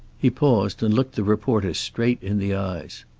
he paused, and looked the reporter straight in the eyes.